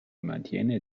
mantiene